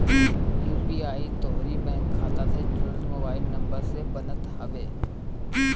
UPI तोहरी bank खाता से जुड़ल मोबाइल नंबर से बनत हवे